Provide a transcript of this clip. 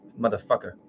motherfucker